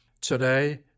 Today